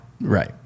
Right